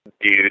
dude